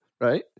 right